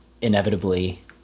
inevitably